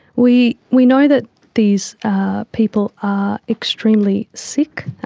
we we know that these people are extremely sick,